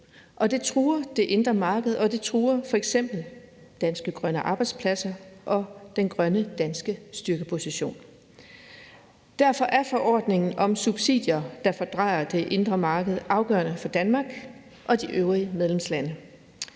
Det truer det indre marked, og det truer f.eks. danske grønne arbejdspladser og den danske grønne styrkeposition. Derfor er forordningen om subsidier, der fordrejer det indre marked, afgørende for Danmark og de øvrige medlemslande.